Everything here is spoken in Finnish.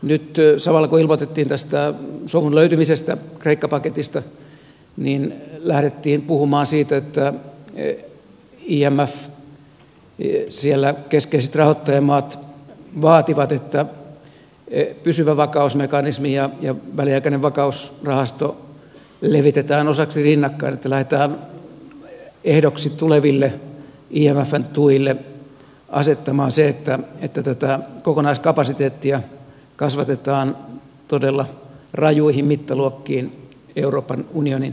nyt samalla kun ilmoitettiin tästä sovun löytymisestä kreikka paketissa lähdettiin puhumaan siitä että imfssä keskeiset rahoittajamaat vaativat että pysyvä vakausmekanismi ja väliaikainen vakausrahasto levitetään osaksi rinnakkain että lähdetään ehdoksi tuleville imfn tuille asettamaan se että tätä kokonaiskapasiteettia kasvatetaan todella rajuihin mittaluokkiin euroopan unionin maiden kesken